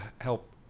help